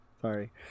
Sorry